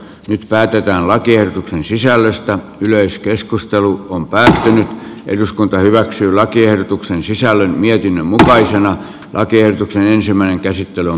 nyt päätetään lakiehdotuksen sisällöstä yleiskeskustelu kun pääsin eduskunta hyväksyy lakiehdotuksen sisällön ja mutkaisen kierroksen ensimmäinen käsittely